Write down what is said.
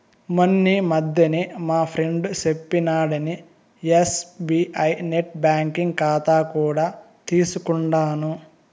మొన్నీ మధ్యనే మా ఫ్రెండు సెప్పినాడని ఎస్బీఐ నెట్ బ్యాంకింగ్ కాతా కూడా తీసుకుండాను